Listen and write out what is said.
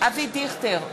אבי דיכטר,